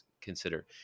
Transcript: consider